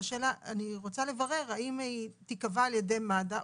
אני רוצה לברר האם היא תיקבע על ידי מד"א,